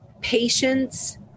patience